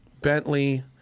Bentley